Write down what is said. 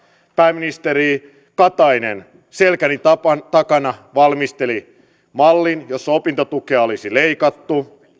pääministeri katainen selkäni takana valmisteli mallin jossa opintotukea olisi leikattu